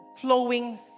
flowing